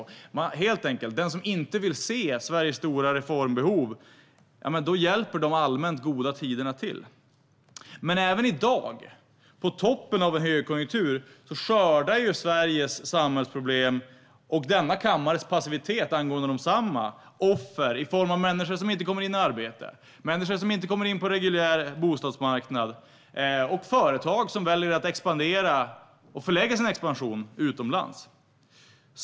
Helt enkelt: För den som inte vill se Sveriges stora reformbehov hjälper de allmänt goda tiderna till. Men även i dag, på toppen av en högkonjunktur, skördar Sveriges samhällsproblem och denna kammares passivitet angående desamma offer i form av människor som inte kommer in i arbete, människor som inte kommer in på reguljär bostadsmarknad och företag som väljer att expandera och förlägga sin expansion utomlands.